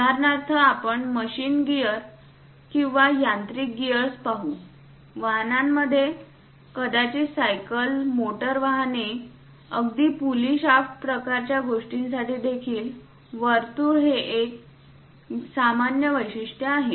उदाहरणार्थ आपण machine gear किंवा यांत्रिक गिअर्स पाहूवाहनांमध्ये कदाचित सायकल मोटार वाहने अगदी पुली शाफ्ट प्रकारच्या गोष्टीसाठी देखील वर्तुळ हे एक ही सामान्य वैशिष्ट्य आहेत